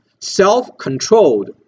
self-controlled